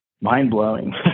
mind-blowing